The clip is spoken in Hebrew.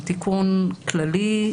הוא תיקון כללי.